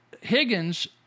Higgins